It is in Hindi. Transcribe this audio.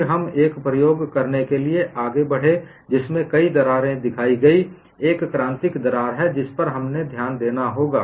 फिर हम एक प्रयोग करने के लिए आगे बढ़े जिसमें कई दरारें दिखाई गईं यह क्रांतिक दरार है जिस पर हमें ध्यान देना होगा